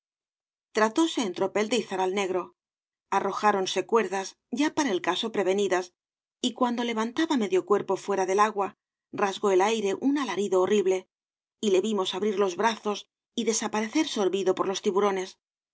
tratóse en tropel de izar al negro arrojáronse cuerdas ya para el caso prevenidas y cuando levantaba medio cuerpo f ue obras de valle inclan fc ra del agua rasgó el aire un alarido horrible y le vimos abrir los brazos y desaparecer sorbido por los tiburones